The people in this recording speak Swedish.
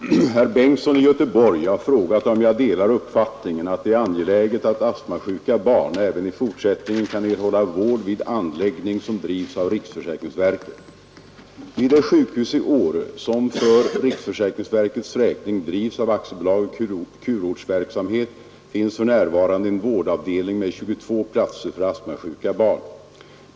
Herr talman! Herr Bengtsson i Göteborg har frågat mig om jag delar uppfattningen att det är angeläget att astmasjuka barn även i fortsättningen kan erhålla vård vid anläggning som drivs av riksförsäkringsverket. Vid det sjukhus i Åre som för riksförsäkringsverkets räkning drivs av AB Kurortsverksamhet finns f. n. en vårdavdelning med 22 platser för astmasjuka barn.